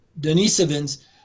Denisovans